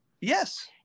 Yes